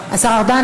השר ארדן,